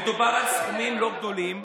מדובר על סכומים לא גדולים,